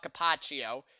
Capaccio